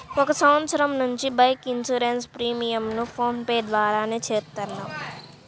ఒక సంవత్సరం నుంచి బైక్ ఇన్సూరెన్స్ ప్రీమియంను ఫోన్ పే ద్వారానే చేత్తన్నాం